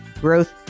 growth